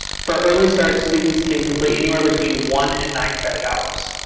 for early start, students can complete anywhere between one and nine credit hours?